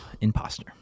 imposter